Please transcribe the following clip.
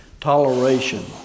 toleration